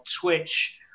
Twitch